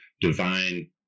divine